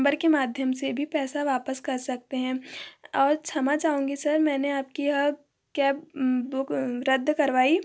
number के माध्यम से भी पैसा वापस कर सकते हैं और क्षमा चाहूँगी सर मैंने आपके कैब बुक रद्द करवाई